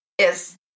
Yes